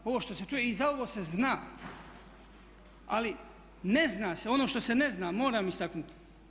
Ovo što se čuje i za ovo se zna, ali ne zna se, ono što se ne zna moram istaknuti.